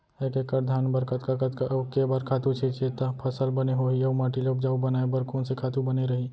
एक एक्कड़ धान बर कतका कतका अऊ के बार खातू छिंचे त फसल बने होही अऊ माटी ल उपजाऊ बनाए बर कोन से खातू बने रही?